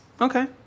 Okay